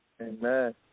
Amen